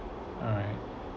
alright